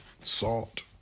salt